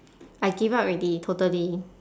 I give up already totally